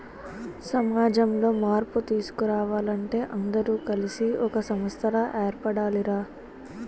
సమాజంలో మార్పు తీసుకురావాలంటే అందరూ కలిసి ఒక సంస్థలా ఏర్పడాలి రా